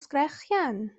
sgrechian